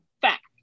fact